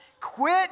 Quit